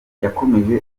yakomeje